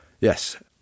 Yes